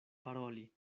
paroli